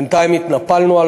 בינתיים התנפלנו,